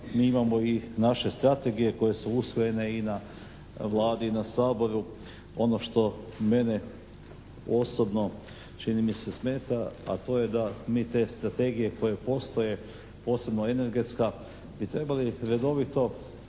mi imamo i naše strategije koje su usvojene i na Vladi i na Saboru, ono što mene osobno čini mi se smeta, a to je da mi te strategije koje postoje posebno energetska bi trebali redovito